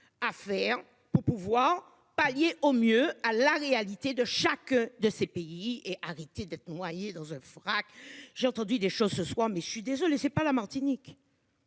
à faire pour pouvoir pallier au mieux à la réalité de chaque de ces pays et arrêter d'être noyé dans un fracas. J'ai entendu des choses ce soit mais je suis désolé c'est pas la Martinique.--